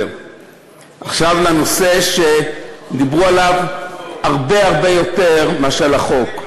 עכשיו לנושא שדיברו עליו הרבה הרבה יותר מאשר על החוק,